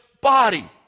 body